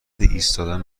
ایستادن